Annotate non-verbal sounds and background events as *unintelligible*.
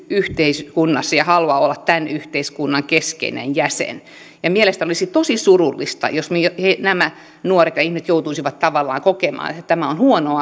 yhteiskunnassa ja haluaa olla tämän yhteiskunnan keskeinen jäsen mielestäni olisi tosi surullista jos nämä nuoret ja nämä ihmiset joutuisivat tavallaan kokemaan että tämä on huono *unintelligible*